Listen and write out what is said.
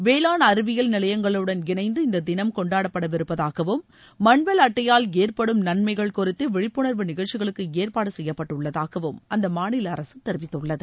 வேளாண் அறிவியல் நிலையங்களுடன் இணைந்து இந்ததினம் கொண்டாடப்படவிருப்பதாகவும் நன்மைகள் மண்வளஅட்டையால் ஏற்படும் குறித்துவிழிப்புணர்வு நிகழ்ச்சிகளுக்குஏற்பாடுசெய்யப்பட்டுள்ளதாகவும் அந்தமாநிலஅரசுதெரிவித்துள்ளது